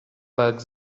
bug